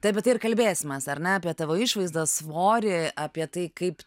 tai apie tai ir kalbėsimės ar ne apie tavo išvaizdą svorį apie tai kaip